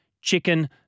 chicken